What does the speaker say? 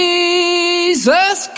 Jesus